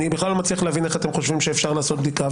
אני בכלל לא מצליח להבין איך אתם חושבים שאפשר לעשות בדיקה.